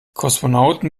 kosmonauten